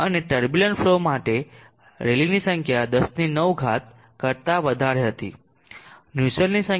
અને turbulent flow માટે રેલીની સંખ્યા 109 કરતા વધારે હતી નુસેલ્ટની સંખ્યા 0